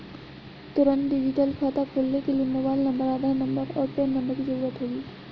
तुंरत डिजिटल खाता खोलने के लिए मोबाइल नंबर, आधार नंबर, और पेन नंबर की ज़रूरत होगी